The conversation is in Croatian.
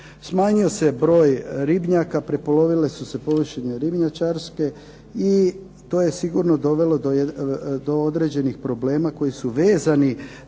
Smanjio se broj ribnjaka, prepolovile su se površine ribnjačarske i to je sigurno dovelo do određenih problema koji su vezani